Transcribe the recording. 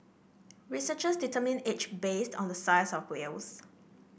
researchers determine age based on the size of whales